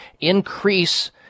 increase